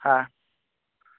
হ্যাঁ